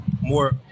more